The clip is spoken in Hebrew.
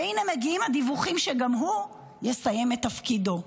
והינה מגיעים הדיווחים שגם הוא יסיים את תפקידו.